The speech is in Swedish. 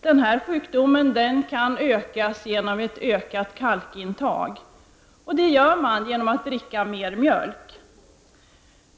Den här sjukdomen kan undvikas genom ett ökat kalkintag, och det får man genom att dricka mer mjölk.